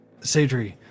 Sadri